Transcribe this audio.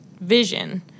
vision